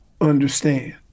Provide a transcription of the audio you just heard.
understand